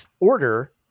order